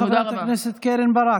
תודה, חברת הכנסת קרן ברק.